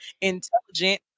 intelligent